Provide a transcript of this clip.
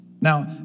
Now